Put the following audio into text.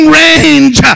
range